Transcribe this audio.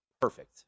perfect